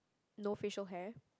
no facial hair